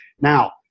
Now